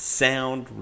sound